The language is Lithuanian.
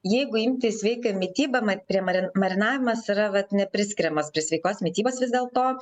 jeigu imti sveiką mitybą mat prie mari marinavimas yra vat nepriskiriamas prie sveikos mitybos vis dėlto